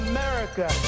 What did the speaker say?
America